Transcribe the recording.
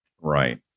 Right